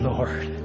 Lord